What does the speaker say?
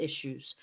issues